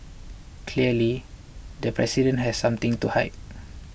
clearly the president has something to hide